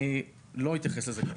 אני לא מתייחס לזה כרגע.